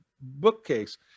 bookcase